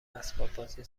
اسباببازی